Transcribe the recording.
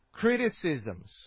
Criticisms